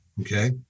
Okay